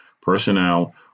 personnel